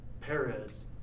Perez